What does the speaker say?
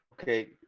Okay